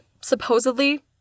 supposedly